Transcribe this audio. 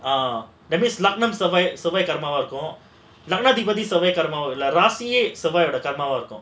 ah that means லக்கினம் செவ்வாய் கர்மாவை இருக்கும் லக்கினாதிபதி செவ்வாய் ராசியே செவ்வாய் கர்மாவ இருக்கும்:lakkinam sevvai karmaavai irukkum lakkinathipathi sevvai rasi sevvai karmaava irukkum